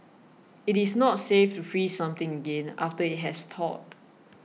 it is not safe to freeze something again after it has thawed